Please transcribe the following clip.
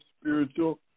spiritual